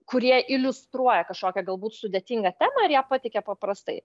kurie iliustruoja kažkokią galbūt sudėtingą temą ir ją pateikia paprastai